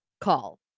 call